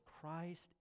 Christ